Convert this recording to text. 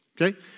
Okay